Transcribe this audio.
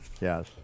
yes